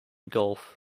golf